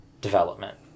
development